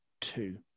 two